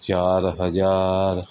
ચાર હજાર